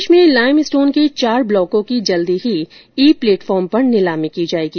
प्रदेश में limestone के चार ब्लॉकों की जल्दी ही ई प्लेटफार्म पर नीलामी की जाएगी